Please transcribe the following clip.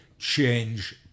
change